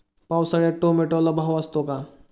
पावसाळ्यात टोमॅटोला भाव असतो का?